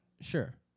Sure